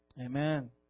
Amen